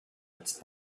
its